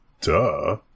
Duh